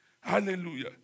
Hallelujah